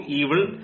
evil